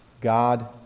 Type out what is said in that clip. God